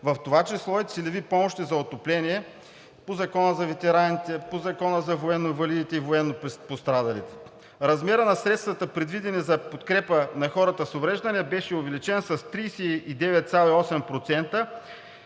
в това число и целеви помощи за отопление по Закона за ветераните, по Закона за военноинвалидите и военнопострадалите. Размерът на средствата, предвидени за подкрепа на хора с увреждания, беше увеличен с 39,8%,